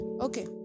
okay